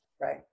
right